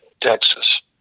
Texas